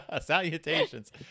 salutations